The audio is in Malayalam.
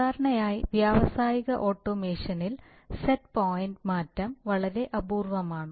സാധാരണയായി വ്യാവസായിക ഓട്ടോമേഷനിൽ സെറ്റ് പോയിന്റ് മാറ്റം വളരെ അപൂർവമാണ്